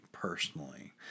personally